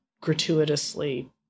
gratuitously